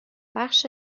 بخش